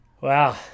Wow